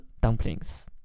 dumplings